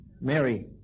Mary